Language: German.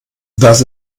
das